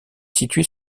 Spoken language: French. située